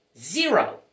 zero